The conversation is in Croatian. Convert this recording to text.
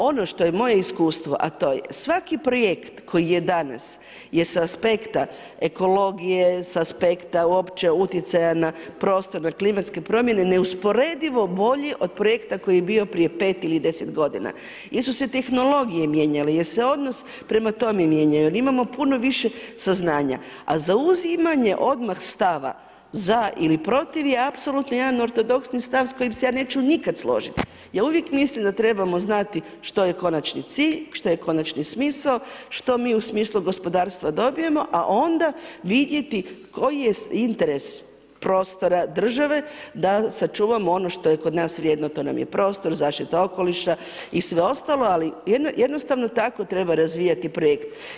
Ono što je moje iskustvo, a to je svaki projekt koji je danas, je sa aspekta, ekologije, sa aspekta uopće utjecaja na prostor, na klimatske promjene, neusporedivo bolji, od projekta koji je bio prije 5 ili 10 g. Jer su se tehnologije mijenjale, jer se odnos prema tome mijenjao, jer imamo puno više saznanja, a zauzimanje odmah stava za ili protiv je apsolutni jedan ortodoksni stav s kojim se ja neću nikad složiti, jer uvijek mislim da trebamo znati što je konačni cilj, što je konačni smisao, što mi u smislu gospodarstva dobijemo, a onda vidjeti koji je interes prostora, države da sačuvamo ono što je kod nas vrijedno, to nam je prostor, zaštita okoliša i sve ostalo, ali jednostavno tako treba razvijati projekt.